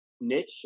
niche